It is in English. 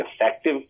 effective